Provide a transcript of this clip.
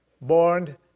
born